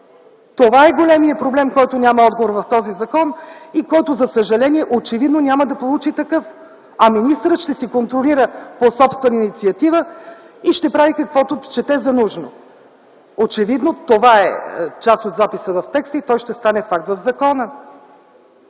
Това е големият проблем, който няма отговор в този закон и който, за съжаление, очевидно няма да получи такъв, а министърът ще си контролира по собствена инициатива и ще прави каквото счете за нужно. Очевидно това е част от записа в текста и той ще стане факт в закона.